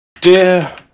Dear